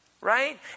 right